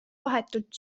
vahetult